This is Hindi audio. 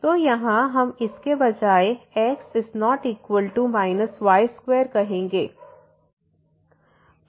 तो यहाँ हम इसके बजाय x≠ y2 कहेंगे